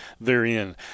therein